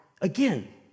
Again